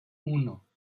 uno